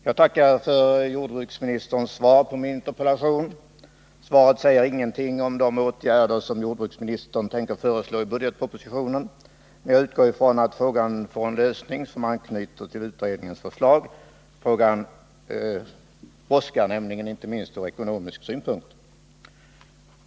Herr talman! Jag tackar jordbruksministern för svaret på min interpellation. Svaret säger ingenting om de åtgärder som jordbruksministern tänker föreslå i budgetpropositionen, men jag utgår från att frågan får en lösning som anknyter till utredningens förslag. Frågans lösning brådskar, inte minst från ekonomisk synpunkt.